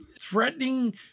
threatening